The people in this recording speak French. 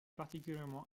particulièrement